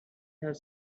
have